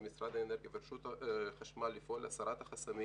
על משרד האנרגיה ורשות החשמל לפעול להסרת החסמים